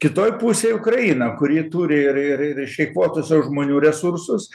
kitoj pusėj ukraina kuri turi ir ir ir išeikvotus jau žmonių resursus